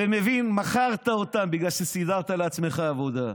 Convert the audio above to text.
ומבין שמכרת אותם בגלל שסידרת לעצמך עבודה.